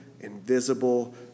invisible